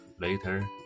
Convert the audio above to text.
later